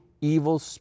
evil